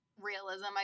realism